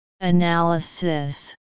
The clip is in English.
Analysis